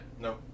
No